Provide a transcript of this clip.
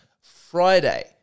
Friday